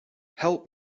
help